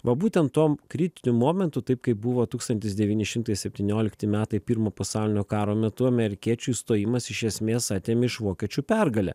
va būtent tuom kritiniu momentu taip kaip buvo tūkstantis devyni šimtai septyniolikti metais pirmo pasaulinio karo metu amerikiečių įstojimas iš esmės atėmė iš vokiečių pergalę